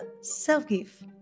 self-gift